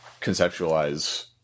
conceptualize